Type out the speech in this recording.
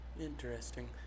Interesting